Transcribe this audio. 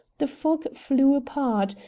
the fog flew apart,